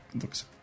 looks